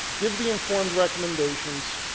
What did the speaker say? give the informed recommendations